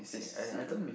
that's it ah